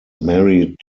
married